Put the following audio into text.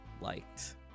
liked